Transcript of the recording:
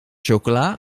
chocola